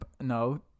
No